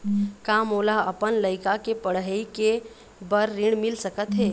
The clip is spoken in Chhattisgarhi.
का मोला अपन लइका के पढ़ई के बर ऋण मिल सकत हे?